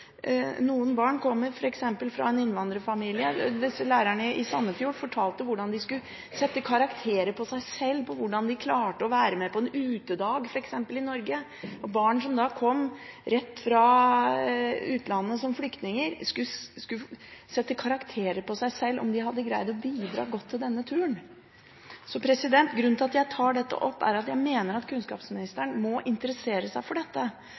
i Sandefjord fortalte om hvordan elevene skulle sette karakterer på seg selv i hvordan de f.eks. klarte å være med på en utedag i Norge. Barn som kom rett fra utlandet som flyktninger, skulle sette karakterer på seg selv i hvordan de hadde greid å bidra godt på denne turen. Grunnen til at jeg tar opp dette, er at jeg mener kunnskapsministeren må interessere seg for hvordan dette